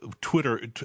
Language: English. Twitter